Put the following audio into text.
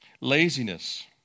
Laziness